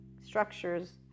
structures